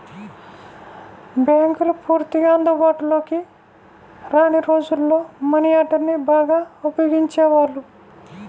బ్యేంకులు పూర్తిగా అందుబాటులోకి రాని రోజుల్లో మనీ ఆర్డర్ని బాగా ఉపయోగించేవాళ్ళు